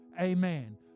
Amen